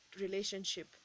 relationship